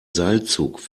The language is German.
seilzug